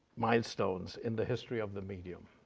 milestones in the history of the medium.